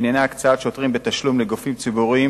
שעניינה הקצאת שוטרים בתשלום לגופים ציבוריים